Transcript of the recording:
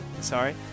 sorry